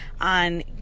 on